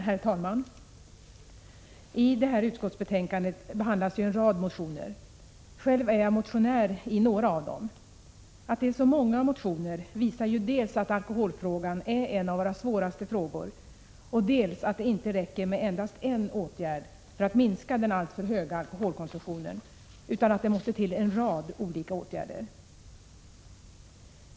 Herr talman! I det här utskottsbetänkandet behandlas ju en rad motioner. Själv är jag ansvarig för några av dem. Att det är så många motioner visar ju dels att alkoholfrågan är en av våra svåraste frågor, dels att det inte räcker med endast en åtgärd för att minska den alltför höga alkoholkonsumtionen utan att det måste till en rad olika åtgärder.